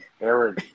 Aaron